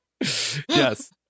Yes